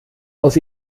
aus